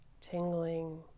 tingling